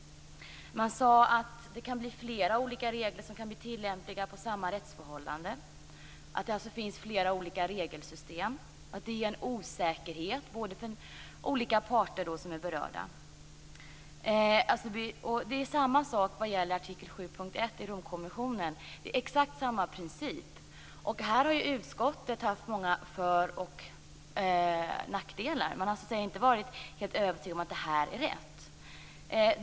Man sade att det kan bli flera olika regler som kan bli tillämpliga på samma rättsförhållanden, alltså flera olika regelsystem. Det innebär en osäkerhet för berörda parter. Detsamma gäller i fråga om artikel 7.1 i Romkonventionen, det är exakt samma princip. Här har utskottet sett många för och nackdelar, man har inte varit helt övertygad om att det här är rätt.